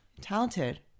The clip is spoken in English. Talented